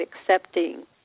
accepting